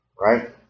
right